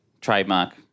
trademark